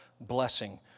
blessing